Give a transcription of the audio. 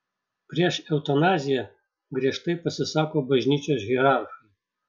prieš eutanaziją giežtai pasisako bažnyčios hierarchai